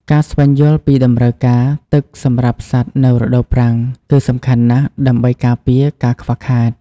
ការស្វែងយល់ពីតម្រូវការទឹកសម្រាប់សត្វនៅរដូវប្រាំងគឺសំខាន់ណាស់ ដើម្បីការពារការខ្វះខាត។